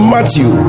Matthew